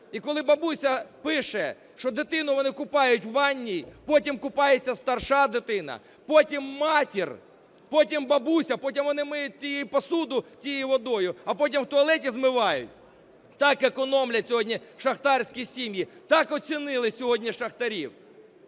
і коли бабуся пише, що дитину вони купають у ванній, потім купається старша дитина, потім матір, потім бабуся, потім вони миють посуду тією водою, а потім в туалеті змивають. Так економлять сьогодні шахтарські сім'ї. Так оцінили сьогодні шахтарів?